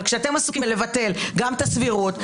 אבל כשאתם עסוקים לבטל גם את הסבירות,